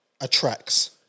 attracts